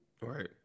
Right